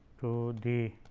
to the